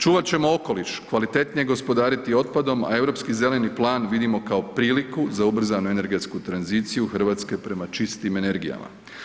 Čuvat ćemo okoliš, kvalitetnije gospodariti otpadom, a Europski zeleni plan vidimo kao priliku za ubrzanu energetsku tranziciju Hrvatske prema čistim energijama.